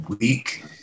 week